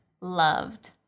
loved